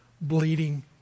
bleeding